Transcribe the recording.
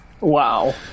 Wow